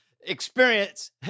Experience